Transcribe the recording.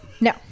No